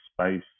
space